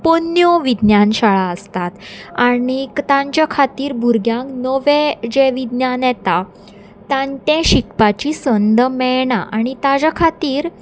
पोन्न्यो विज्ञानशाळा आसतात आनी तांच्या खातीर भुरग्यांक नवें जें विज्ञान येता तां तें शिकपाची संद मेळना आनी ताच्या खातीर